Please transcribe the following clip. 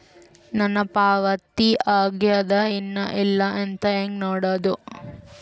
ನನ್ನ ಪಾವತಿ ಆಗ್ಯಾದ ಏನ್ ಇಲ್ಲ ಅಂತ ಹೆಂಗ ನೋಡುದು?